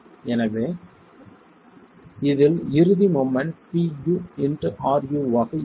எனவே இதில் இறுதி மெமென்ட் Pu x ru வாக இருக்கும்